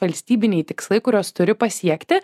valstybiniai tikslai kuriuos turi pasiekti